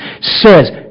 says